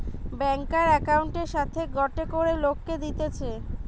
ব্যাংকার একউন্টের সাথে গটে করে লোককে দিতেছে